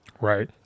Right